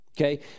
Okay